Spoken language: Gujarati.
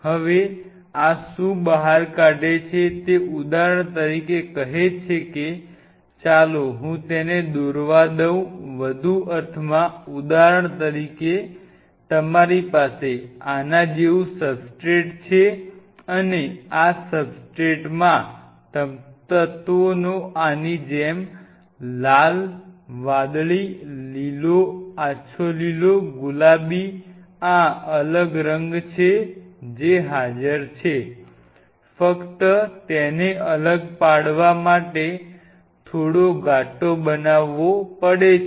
હવે આ શું બહાર કાઢે છે તે ઉદાહરણ તરીકે કહે છે ચાલો હું તેને દોરવા દઉં વધુ અર્થમાં ઉદાહરણ તરીકે તમારી પાસે આના જેવું સબસ્ટ્રેટ છે અને આ સબસ્ટ્રેટમાં તત્વોનો આની જેમ લાલ વાદળી લીલો આછો લીલો ગુલાબી આ અલગ રંગ છે જે હાજર છે ફક્ત તેને અલગ પાડવા માટે થોડો ઘાટો બનાવવો પડે છે